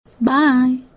Bye